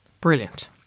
Brilliant